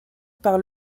par